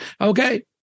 Okay